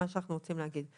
מה שאנחנו רוצים להגיד זה